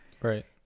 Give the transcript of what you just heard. Right